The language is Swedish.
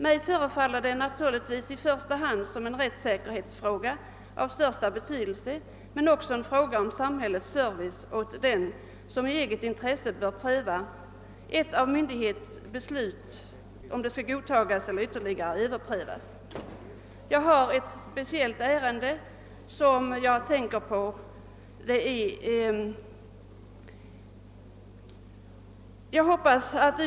Mig förefaller detta vara en rättssäkerhetsfråga av största betydelse, men också en fråga om samhällets service åt den som i eget intresse bör pröva, om en myndighets beslut skall godtas eller Överprövas. Det är ett speciellt ärende som jag här tänker på.